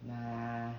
nah